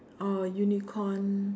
or unicorn